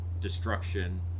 destruction